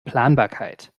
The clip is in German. planbarkeit